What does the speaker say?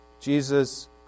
Jesus